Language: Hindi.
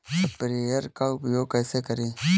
स्प्रेयर का उपयोग कैसे करें?